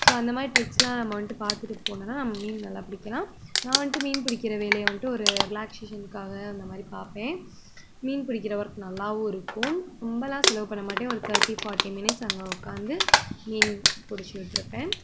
so அந்த மாதிரி ட்ரிக்ஸ்லாம் நம்ம வந்துட்டு பார்த்துட்டு போனோன்னா நம்ம மீன் நல்லா பிடிக்கலாம் நான் வந்துட்டு மீன் பிடிக்கிற வேலையை வந்துட்டு ஒரு ரிலாக்ஸேஷன்க்காக அந்த மாதிரி பார்ப்பேன் மீன் பிடிக்கிற ஒர்க் நல்லாவும் இருக்கும் ரொம்பலாம் செலவு பண்ணமாட்டேன் ஒரு தேர்ட்டி ஃபாட்டி மினிட்ஸ் அங்கே உட்காந்து மீன் பிடிச்சிக்கிட்டுருப்பேன்